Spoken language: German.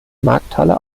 markthalle